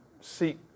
seek